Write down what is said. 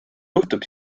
juhtub